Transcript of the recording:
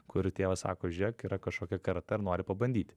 kur tėvas sako žiūrėk yra kažkokia karatė ar nori pabandyti